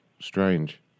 strange